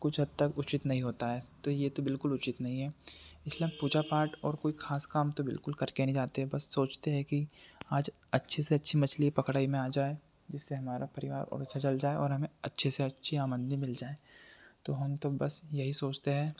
कुछ हद तक उचित नहीं होता है तो यह तो बिल्कुल उचित नहीं है इसलिए हम पूजा पाठ और कोई ख़ास काम तो बिल्कुल करके नहीं जाते बस सोचते हैं कि आज अच्छी से अच्छी मछली पकड़इ में आ जाए जिससे हमारा परिवार और अच्छा चल जाए और हमें अच्छी से अच्छी आमदनी मिल जाए तो हम तो बस यही सोचते हैं